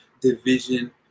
division